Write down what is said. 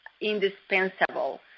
indispensable